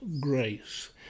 grace